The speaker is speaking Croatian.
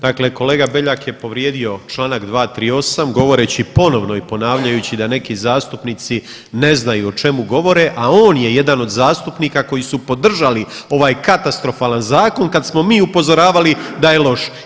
Dakle, kolega Beljak je povrijedi Članak 238. govoreći ponovno i ponavljajući da neki zastupnici ne znaju o čemu govore, a on je jedan od zastupnika koji su podržali ovaj katastrofalan zakon kad smo mi upozoravali da je loš.